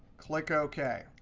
click ok.